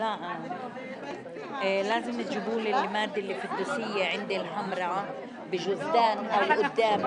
הישיבה ננעלה בשעה 12:02.